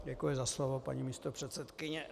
Děkuji za slovo, paní místopředsedkyně.